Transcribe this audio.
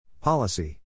Policy